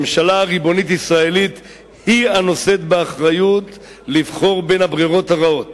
ממשלה ריבונית ישראלית היא הנושאת באחריות לבחור בין הברירות הרעות